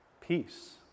peace